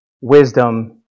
wisdom